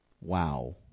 Wow